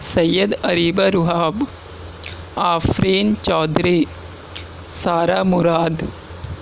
Syed Areeba Rahab Afreen Chaudhry Sarah Murad